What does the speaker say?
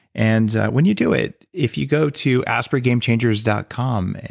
and when you do it, if you go to aspreygamechangers dot com,